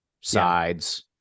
sides